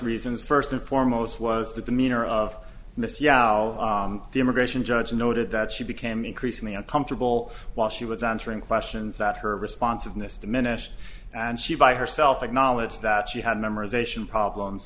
reasons first and foremost was the demeanor of miss yeah how the immigration judge noted that she became increasingly uncomfortable while she was answering questions that her responsiveness diminished and she by herself acknowledged that she had memorization problems